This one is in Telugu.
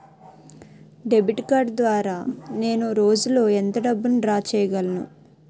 డెబిట్ కార్డ్ ద్వారా నేను రోజు లో ఎంత డబ్బును డ్రా చేయగలను?